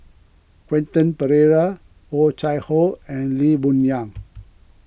Quentin Pereira Oh Chai Hoo and Lee Boon Yang